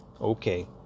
okay